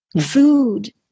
food